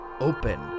open